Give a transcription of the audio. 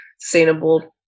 sustainable